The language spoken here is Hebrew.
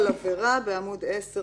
אבל לומר באופן גורף,